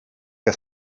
que